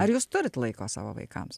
ar jūs turit laiko savo vaikams